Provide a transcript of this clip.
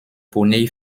poneys